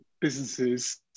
businesses